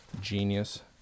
genius